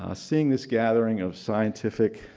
ah seeing this gathering of scientific,